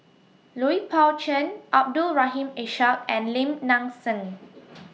Lui Pao Chuen Abdul Rahim Ishak and Lim Nang Seng